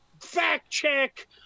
fact-check